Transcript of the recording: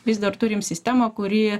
vis dar turim sistemą kuri